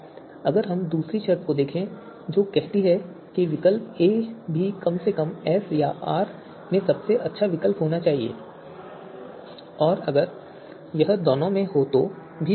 अगर हम दूसरी शर्त को देखें जो कहती है कि विकल्प a भी कम से कम S या R में सबसे अच्छा विकल्प होना चाहिए और अगर यह दोनों में हो तो और भी बेहतर